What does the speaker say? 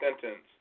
sentence